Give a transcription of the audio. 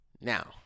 Now